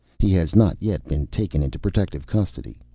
he has not yet been taken into protective custody.